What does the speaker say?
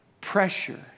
Pressure